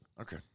Okay